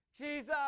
Jesus